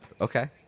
Okay